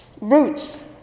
roots